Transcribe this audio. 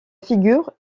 figure